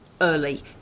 early